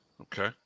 Okay